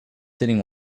sitting